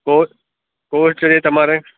four four સુધી તમારે